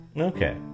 Okay